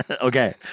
Okay